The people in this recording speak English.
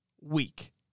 week